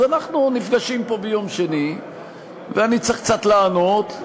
אז אנחנו נפגשים פה ביום שני ואני צריך קצת לענות,